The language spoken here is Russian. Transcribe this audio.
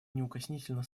неукоснительно